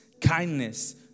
kindness